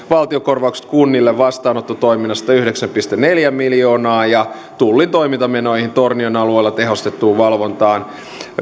valtionkorvaukset kunnille vastaanottotoiminnasta yhdeksäntoista pilkku neljä miljoonaa ja tullin toimintamenoihin tornion alueella tehostettuun valvontaan